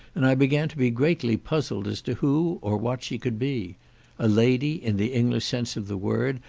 and i began to be greatly puzzled as to who or what she could be a lady, in the english sense of the word,